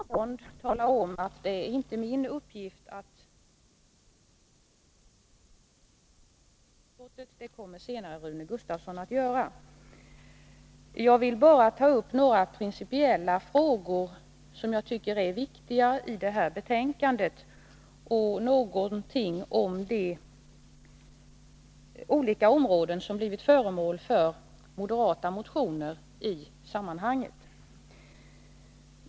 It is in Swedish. Fru talman! Talarordningen är inte riktigt den alldeles vanliga, och även om jaginte har något annat yrkande än bifall till socialutskottets betänkande, vill jag för att undvika missförstånd tala om att det inte är min uppgift i denna debatt att ta upp de socialdemokratiska reservationerna. Det kommer senare Rune Gustavsson att göra. Jag vill bara ta upp några principiella frågor som jag tycker är viktiga i detta betänkande och någonting om de olika områden som blivit föremål för moderata motioner i sammanhanget.